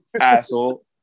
asshole